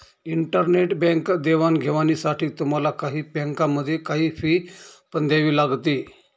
internet bank देवाणघेवाणीसाठी तुम्हाला काही बँकांमध्ये, काही फी पण द्यावी लागते